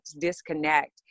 disconnect